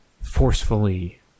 forcefully